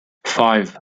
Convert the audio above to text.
five